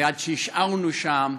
נייד, שהשארנו שם.